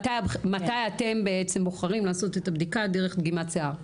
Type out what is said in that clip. מתי אתם בעצם בוחרים לעשות את הבדיקה דרך דגימת שיער?